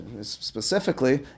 specifically